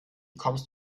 kommst